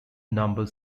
number